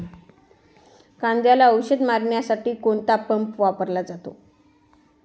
कांद्याला औषध मारण्यासाठी कोणता पंप वापरला जातो?